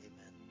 Amen